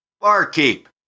barkeep